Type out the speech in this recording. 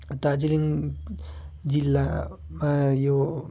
दार्जिलिङ जिल्लामा यो